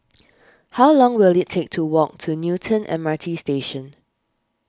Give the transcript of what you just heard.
how long will it take to walk to Newton M R T Station